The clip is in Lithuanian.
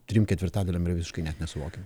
trim ketvirtadaliam ir visiškai net nesuvokiam